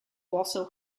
also